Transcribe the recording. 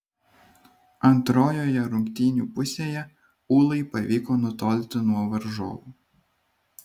antrojoje rungtynių pusėje ūlai pavyko nutolti nuo varžovų